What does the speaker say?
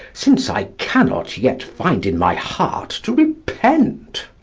since i cannot yet find in my heart to repent.